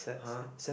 !huh!